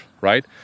Right